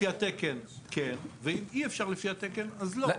לפי התקן כן, ואם אי אפשר לפי התקן אז לא.